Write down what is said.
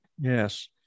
yes